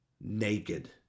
Naked